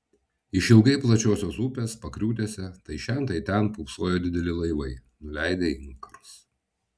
išilgai plačiosios upės pakriūtėse tai šen tai ten pūpsojo dideli laivai nuleidę inkarus